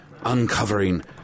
uncovering